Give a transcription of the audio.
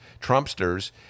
Trumpsters